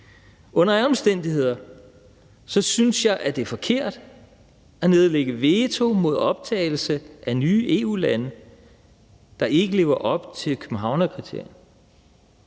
Under alle omstændigheder synes jeg, det er forkert at nedlægge veto mod optagelse af nye EU-lande, der ikke lever op til Københavnskriterierne,